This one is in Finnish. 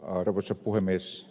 arvoisa puhemies